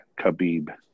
Khabib